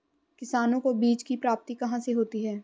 किसानों को बीज की प्राप्ति कहाँ से होती है?